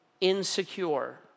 insecure